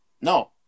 no